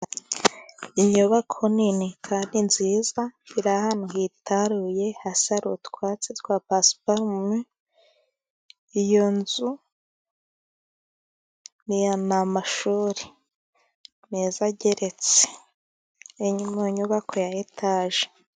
Inyubako nini kandi ni nziza iri ahantu hitaruye hasi hari utwatsi twa pasiparume. Iyo nzu ni amashuri meza ageretse mu nyubako ya etaje.